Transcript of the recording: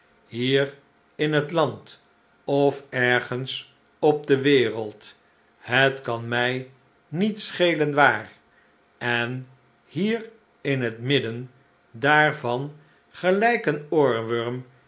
hier in het land of ergens op de wereld het kan mij niet schelen waar en hier in het midden daarvan gelijk een